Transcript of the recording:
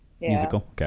musical